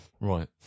Right